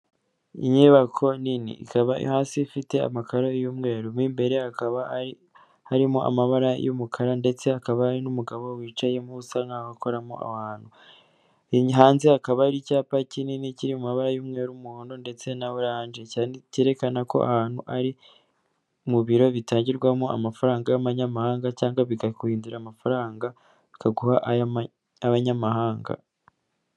Inyubako nini ikaba hasi ifite amakaro y'umweru. Mo imbere hakaba harimo amabara y'umukara ndetse hakaba hari n'umugabo wicayemo usa nk'aho akoramo aho hantu. Hanze hakaba hari icyapa kinini kiri mu mabara y'umuhondo ndetse na oranje, cyerekana ko ahantu ari mu biro bitagirwamo amafaranga y'amanyamahanga, cyangwa bikakurindira amafaranga bikaguha ay' abanyamahanga.